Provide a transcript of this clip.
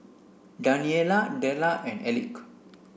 Daniella Della and Elick